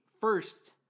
first